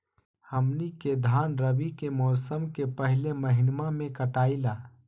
हमनी के धान रवि के मौसम के पहले महिनवा में कटाई ला